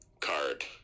card